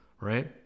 right